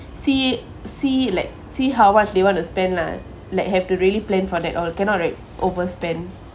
see see like see how much they want to spend lah like have to really plan for that all cannot like overspend